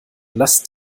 lasst